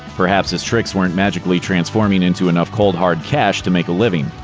perhaps his tricks weren't magically transforming into enough cold hard cash to make a living.